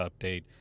update